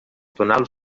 tonals